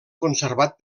conservat